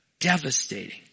devastating